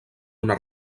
una